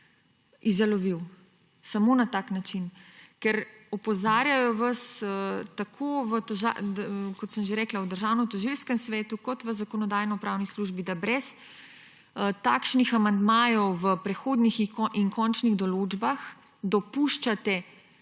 izjalovil. Samo na tak način. Ker vas opozarjajo, kot sem že rekla, tako v Državnotožilskem svetu kot v Zakonodajno-pravni službi, da brez takšnih amandmajev v prehodnih in končnih določbah dopuščate